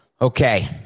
Okay